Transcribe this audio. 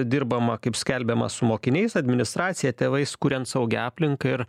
dirbama kaip skelbiama su mokiniais administracija tėvais kuriant saugią aplinką ir